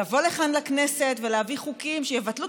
לבוא לכאן לכנסת ולהביא חוקים שיבטלו